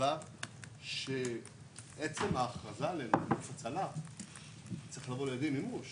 בשלב שעצם ההכרזה עלינו כגוף הצלה צריך לבוא לידי מימוש